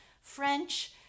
French